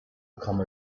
become